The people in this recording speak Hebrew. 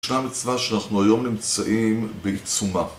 ישנה מצווה שאנחנו היום נמצאים בעיצומה